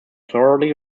thoroughly